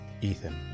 Ethan